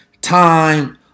time